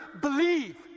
believe